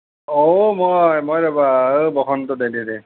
ঔ মই মই ৰ'বা বসন্ত